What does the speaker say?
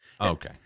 Okay